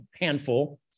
handful